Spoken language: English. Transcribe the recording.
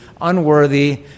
unworthy